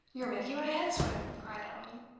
you're making my head swim, cried allan.